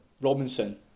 Robinson